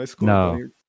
No